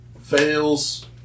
Fails